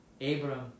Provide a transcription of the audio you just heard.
Abram